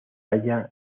halla